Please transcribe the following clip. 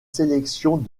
sélections